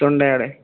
തൊണ്ട ആടെ